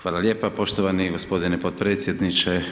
Hvala lijepa poštovani g. potpredsjedniče.